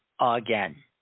again